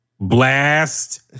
Blast